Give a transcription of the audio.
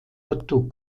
otto